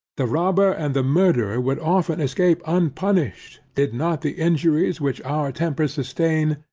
the robber, and the murderer, would often escape unpunished, did not the injuries which our tempers sustain,